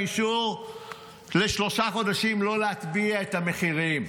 אישור לשלושה חודשים לא להטביע את המחירים.